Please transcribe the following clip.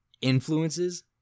influences